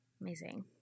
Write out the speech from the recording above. Amazing